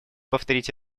повторить